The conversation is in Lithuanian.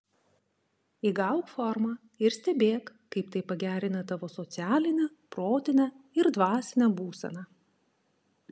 įgauk formą ir stebėk kaip tai pagerina tavo socialinę protinę ir dvasinę būseną